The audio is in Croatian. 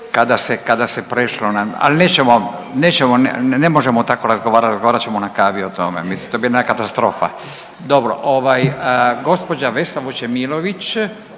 poštovana Vesna Vučemilović.